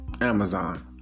Amazon